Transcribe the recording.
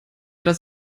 dass